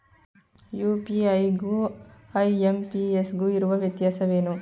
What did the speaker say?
UPI ಗು IMPS ಗು ಇರುವ ವ್ಯತ್ಯಾಸವೇನು?